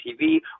TV